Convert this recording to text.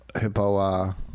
Hippo